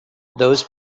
those